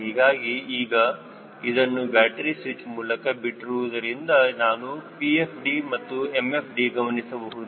ಹೀಗಾಗಿ ಈಗ ಇದನ್ನು ಬ್ಯಾಟರಿ ಸ್ವಿಚ್ ಮೂಲಕ ಬಿಟ್ಟಿರುವುದರಿಂದ ನೀವು PFD ಮತ್ತು MFD ಗಮನಿಸಬಹುದು